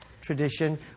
tradition